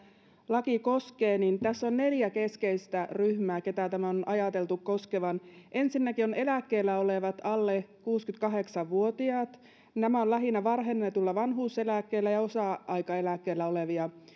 laki koskee tässä on neljä keskeistä ryhmää keitä tämän on ajateltu koskevan ensinnäkin ovat eläkkeellä olevat alle kuusikymmentäkahdeksan vuotiaat nämä ovat lähinnä varhennetulla vanhuuseläkkeellä ja osa aikaeläkkeellä olevia